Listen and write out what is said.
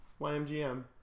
YMGM